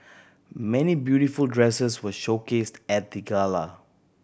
many beautiful dresses were showcased at the gala